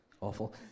awful